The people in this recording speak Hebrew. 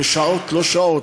בשעות-לא-שעות,